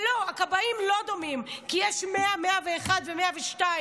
הכבאים לא דומים, כי יש 100, 101 ו-102.